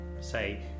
say